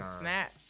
snap